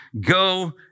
Go